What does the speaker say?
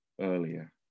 earlier